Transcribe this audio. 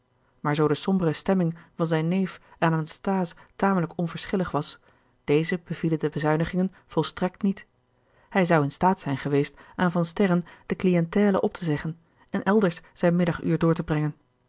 zoo de sombere stemming van zijn neef aan anasthase tamelijk onverschillig was dezen bevielen de bezuinigingen volstrekt niet hij zou in staat zijn geweest aan van sterren de clientèle op te zeggen en elders zijn middaguur door te brengen